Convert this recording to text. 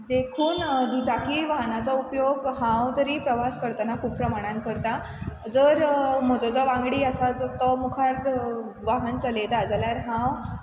देखून दुचाकी वाहनाचो उपयोग हांव तरी प्रवास करतना खूब प्रमाणान करता जर म्हजो जो वांगडी आसा तो मुखार वाहन चलयता जाल्यार हांव